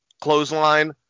clothesline